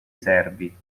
servi